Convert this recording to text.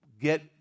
get